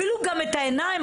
אפילו גם את העיניים,